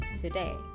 today